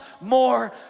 more